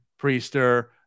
Priester